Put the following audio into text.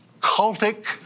cultic